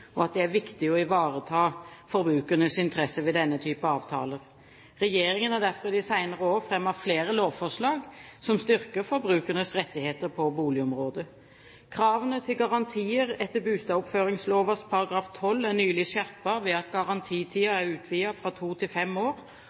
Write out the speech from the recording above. og at det er viktig å ivareta forbrukernes interesser ved denne typen avtaler. Regjeringen har derfor i de senere år fremmet flere lovforslag som styrker forbrukernes rettigheter på boligområdet. Kravene til garantier etter bustadoppføringslova § 12 er nylig skjerpet ved at garantitiden er utvidet fra to til fem år,